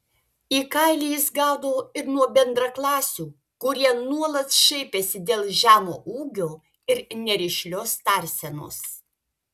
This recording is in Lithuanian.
į kailį jis gaudavo ir nuo bendraklasių kurie nuolat šaipėsi dėl žemo ūgio ir nerišlios tarsenos